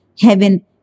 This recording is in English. heaven